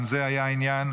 גם זה היה עניין,